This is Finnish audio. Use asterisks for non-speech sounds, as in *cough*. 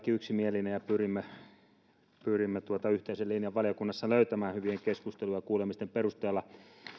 *unintelligible* yksimielinen ja pyrimme yhteisen linjan valiokunnassa löytämään hyvien keskustelujen ja kuulemisten perusteella